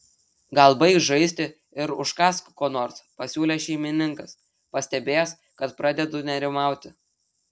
gal baik žaisti ir užkąsk ko nors pasiūlė šeimininkas pastebėjęs kad pradedu nerimauti